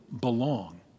belong